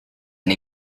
and